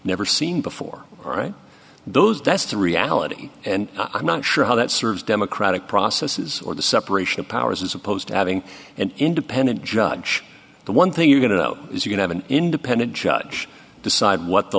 never seen before right those that's the reality and i'm not sure how that serves democratic processes or the separation of powers as opposed to having an independent judge the one thing you're going to know is you can have an independent judge decide what the